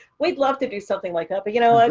we'd love to do something like that. but you know, and